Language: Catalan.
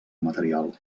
material